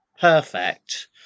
perfect